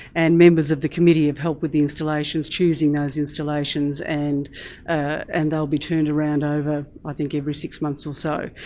and members of the committee have helped with installations, choosing those installations and and they'll be turned around over i think every six months of so.